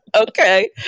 Okay